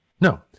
No